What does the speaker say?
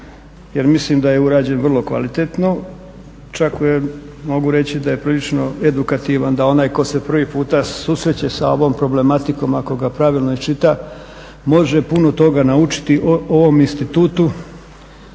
jer mislim da je urađen vrlo kvalitetno, čak mogu reći da je prilično edukativan, da onaj tko se prvi puta susreće sa ovom problematikom, ako ga pravilno iščita, može puno toga naučiti o ovom institutu